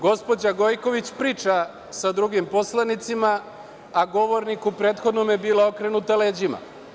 Gospođa Gojković priča sa drugim poslanicima, a govorniku prethodnom je bila okrenuta leđima.